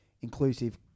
inclusive